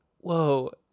Whoa